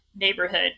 neighborhood